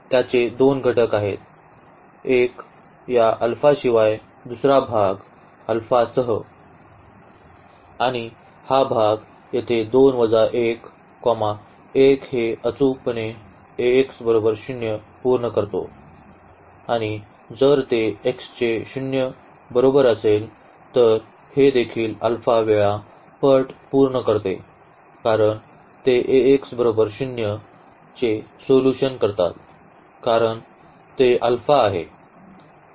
त्याचे दोन घटक आहेत एक या अल्फाशिवाय आणि दुसरा भाग अल्फासह आणि हा भाग येथे 2 वजा 1 1 हे अचूकपणे पूर्ण करतो आणि जर ते x चे 0 बरोबर असेल तर हे देखील अल्फा वेळा पट पूर्ण करते कारण ते चे सोल्यूशन करतात कारण ते अल्फा आहे